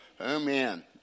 Amen